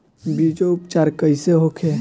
बीजो उपचार कईसे होखे?